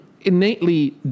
innately